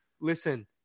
Listen